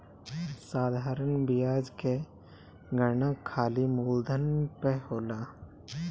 साधारण बियाज कअ गणना खाली मूलधन पअ होला